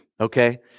okay